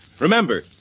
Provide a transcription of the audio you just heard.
remember